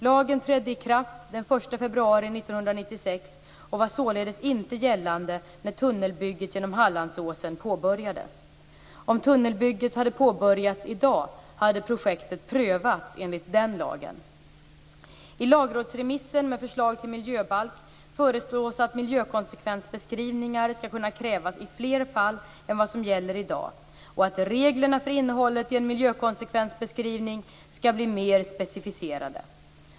Lagen trädde i kraft den 1 februari 1996 och var således inte gällande när tunnelbygget genom Hallandsåsen påbörjades. Om tunnelbygget hade påbörjats i dag hade projektet prövats enligt den lagen. I lagrådsremissen med förslag till miljöbalk föreslås att miljökonsekvensbeskrivningar skall kunna krävas i fler fall än vad som gäller i dag och att reglerna för innehållet i en miljökonsekvensbeskrivning skall bli mer specificerade.